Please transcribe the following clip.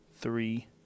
three